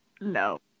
No